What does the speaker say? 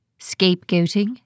Scapegoating